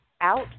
out